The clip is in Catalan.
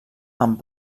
amb